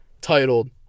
titled